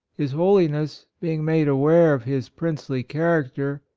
his holiness, being made aware of his princely character,